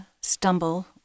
stumble